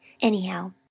anyhow